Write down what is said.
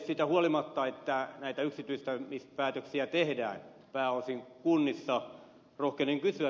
siitä huolimatta että näitä yksityistämispäätöksiä tehdään pääosin kunnissa rohkenen kysyä